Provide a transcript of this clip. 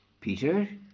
Peter